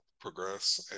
progress